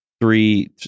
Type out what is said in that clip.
three